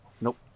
Nope